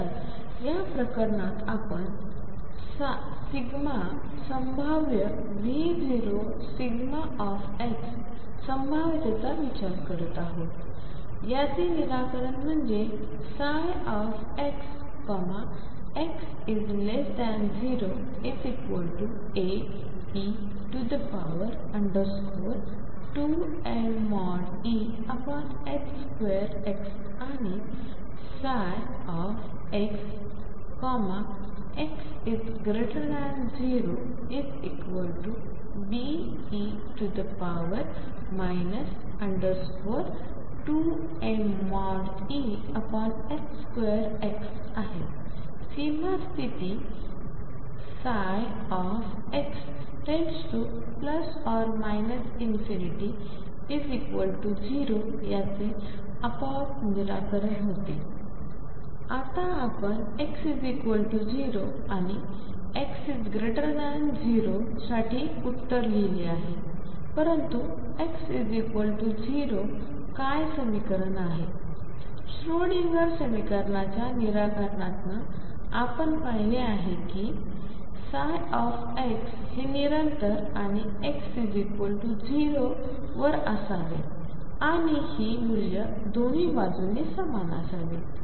तर या प्रकरणात आपण δ संभाव्य V0 संभाव्यतेचा विचार करत आहो याचे निराकरण म्हणजे xx0Ae2mE2x आणि xx0Be 2mE2xआहेत सीमा स्थिती ψ x →±∞ 0 याचे आपोआप निराकरण होते आता आपण x0 आणि x0 साठी उत्तर लिहिले आहे परंतु x0 काय समीकरण आहे श्रोडिंगर समीकरनाच्या निराकारणातून आपण पहिले आहे कि ψ हे निरंतर आणि x0 वर असावे आणि हि मूल्य दोन्ही बाजूंनी समान असावीत